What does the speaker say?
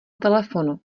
telefonu